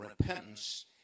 repentance